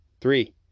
Three